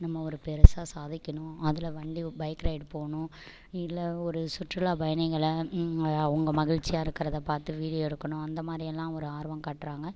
நம்ம ஒரு பெருசாக சாதிக்கணும் அதில் வண்டி பைக் ரைடு போகணும் இல்லை ஒரு சுற்றுலாப் பயணிகளை அது அவங்க மகிழ்ச்சியாக இருக்கிறதை பார்த்து வீடியோ எடுக்கணும் அந்த மாதிரி எல்லாம் ஒரு ஆர்வம் காட்டுறாங்க